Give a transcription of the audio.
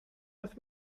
with